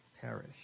perish